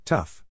Tough